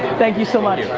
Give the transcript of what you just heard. thank you so much.